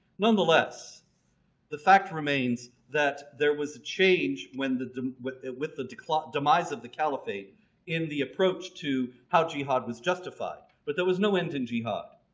nonetheless the fact remains that there was a change when the the with the with the decline demise of the caliphate in the approach to how jihad was justified, but there was no end in jihad.